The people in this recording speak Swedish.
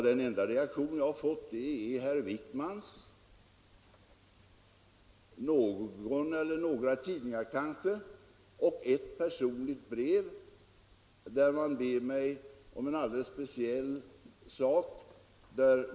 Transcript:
Den enda reaktion jag har fått är från herr Wijkman, från någon eller kanske några tidningar samt i ett personligt brev där man ber mig hjälpa till med en alldeles speciell sak.